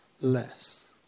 less